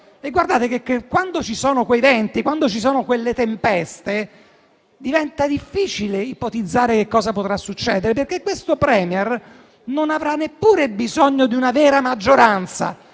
guardate che, quando ci sono quei venti e quelle tempeste, diventa difficile ipotizzare che cosa potrà succedere. Quel *Premier* non avrà neppure bisogno di una vera maggioranza,